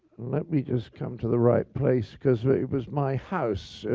let me just come to the right place. because it was my house,